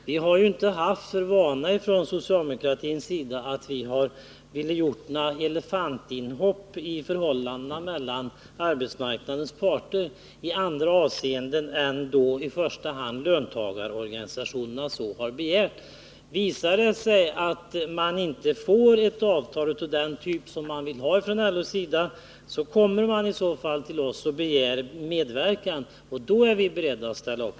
Vi socialdemokrater har inte Torsdagen den haft för vana att göra elefantinhopp i förhandlingarna mellan arbetsmarkna 29 november 1979 dens parter annat än när löntagarna så har begärt. Visar det sig att man inte får ett avtal av den typ som LO vill ha, kommer man till oss och begär medverkan. Då är vi socialdemokrater beredda att ställa upp.